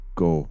go